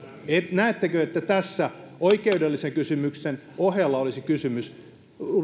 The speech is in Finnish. näettekö että tässä oikeudellisen kysymyksen ohella olisi kysymys